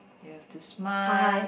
you have to smile